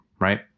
right